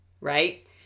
Right